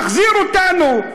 מחזיר אותנו.